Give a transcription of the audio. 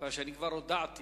הכנסת